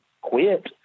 quit